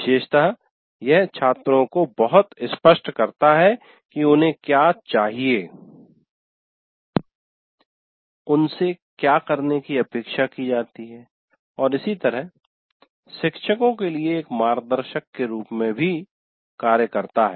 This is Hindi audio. विशेषतः यह छात्रों को बहुत स्पष्ट करता है कि उन्हें क्या चाहिए उनसे क्या करने की अपेक्षा की जाती है और इसी तरह शिक्षको के लिए एक मार्गदर्शक के रूप में भी कार्य करता है